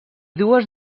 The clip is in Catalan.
dues